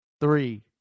three